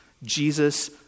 Jesus